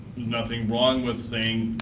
nothing wrong with saying,